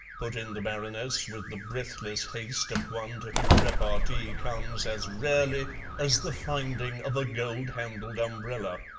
put in the baroness, with the breathless haste of one to whom repartee comes as rarely as the finding of a gold-handled umbrella.